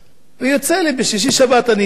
ויוצא לי, בשישי-שבת אני יושב